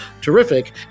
terrific